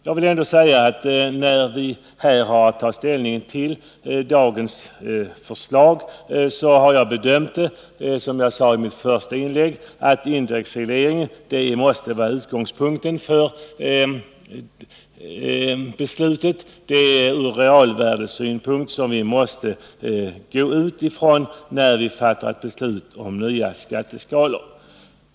Som jag sade i mitt första inlägg har jag bedömt det så att en bibehållen indexreglering måste vara utgångspunkten för det beslut vi skall fatta i dag. Vi måste utgå från realvärdesynpunkten när vi fattar beslut om nya skatteskalor.